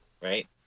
Right